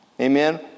Amen